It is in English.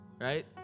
right